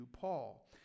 Paul